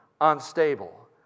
unstable